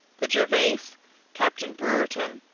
the gervase, captain brewerton,